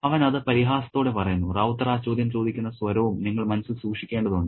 അവൻ അത് പരിഹാസത്തോടെ പറയുന്നു റൌത്തർ ആ ചോദ്യം ചോദിക്കുന്ന സ്വരവും നിങ്ങൾ മനസ്സിൽ സൂക്ഷിക്കേണ്ടതുണ്ട്